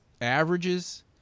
averages